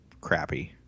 Crappy